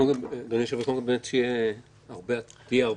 אדוני היושב-ראש, שתהיה הרבה הצלחה.